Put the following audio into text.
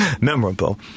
Memorable